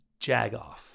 jagoff